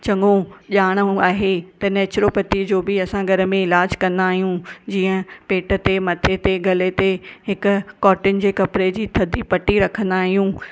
चङो ॼाण आहे त नेचुरोपैथी जो बि असां घर में इलाज कंदा आहियूं जीअं पेट ते मथे ते गले ते हिकु कॉटन जे कपिड़े जी थदी पटी रखंदा आहियूं